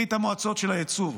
ברית המועצות של הייצור.